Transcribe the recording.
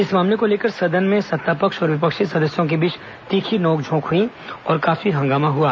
इस मामले को लेकर सदन में सत्ता पक्ष और विपक्षी सदस्यों के बीच तीखी नोक झोंक हुई और काफी हंगामा हुआ